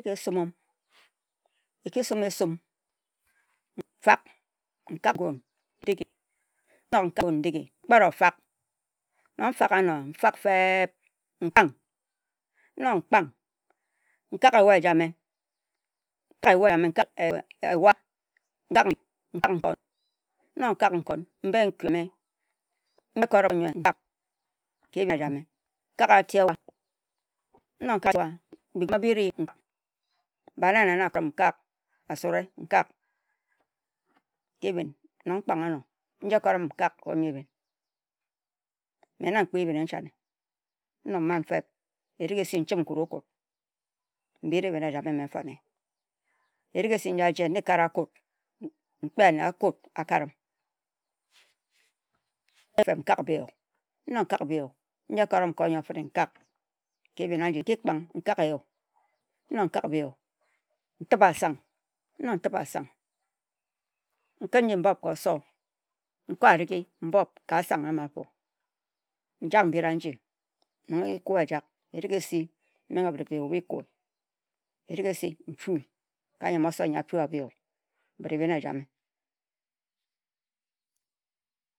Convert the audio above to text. Esum, erig esum e-sum-m, n-sum, n-kak ngun, n-kpet o-fak. Nong n-fak a-no, n-fak-feb-eeh, mkpang n-ok mpang, nkak ewa ejame, n-kak nkon, mbie n-garie. Ekot-m, n-kak bi-yu, m-b-ie bi-gume, asu rie na ako-rim, n-kak nji eko-rim nkak ka ebhin meh na m-kpi ebhin-ni-channe. Nkok n-kui erig e-nok esi, n-kut erig e-nok esi, nkare anne a-kut, n-tip asang n-nok n-tip asang, nko a-righi m-bup n-tam ka oso. Bi-kua bi-jak erig esi ka nyam-oso nyi a-fua bi yu, nfiu. Ehbin ejame.